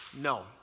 No